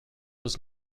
was